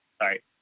sorry